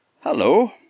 Hello